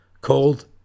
called